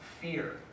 fear